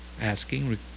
asking